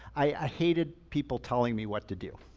i hated people telling me what to do.